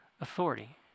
authority